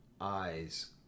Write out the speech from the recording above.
eyes